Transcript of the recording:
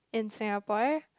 in Singapore